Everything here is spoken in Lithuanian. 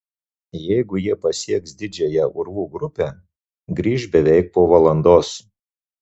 jeigu jie pasieks didžiąją urvų grupę grįš beveik po valandos